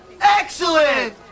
Excellent